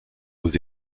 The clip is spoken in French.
aux